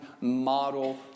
model